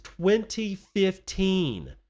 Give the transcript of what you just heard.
2015